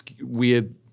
weird